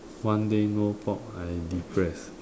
one day no pork I depress